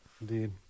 Indeed